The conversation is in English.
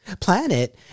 planet